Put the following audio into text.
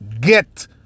get